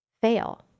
fail